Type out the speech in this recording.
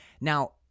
Now